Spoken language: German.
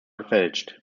gefälscht